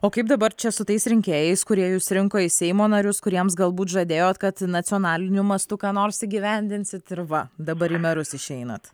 o kaip dabar čia su tais rinkėjais kurie jus rinko į seimo narius kuriems galbūt žadėjot kad nacionaliniu mastu ką nors įgyvendinsit ir va dabar į merus išeinat